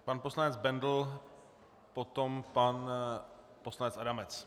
Pan poslance Bendl, potom pan poslanec Adamec.